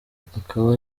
akaba